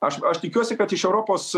aš aš tikiuosi kad iš europos